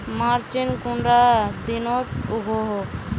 मिर्चान कुंडा दिनोत उगैहे?